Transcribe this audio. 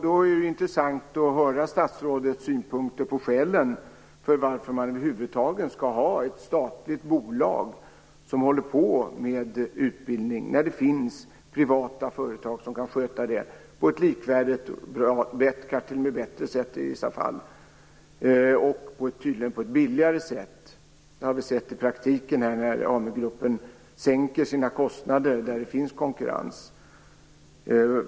Det vore intressant att höra statsrådets synpunkter på skälen till att det över huvud taget skall finnas ett statligt bolag som håller på med utbildning när det finns privata företag som kan sköta det på ett likvärdigt och i vissa fall kanske t.o.m. bättre sätt, och tydligen också på ett billigare sätt. I praktiken har man ju sett att AMU-gruppen sänker sina kostnader där det finns konkurrens.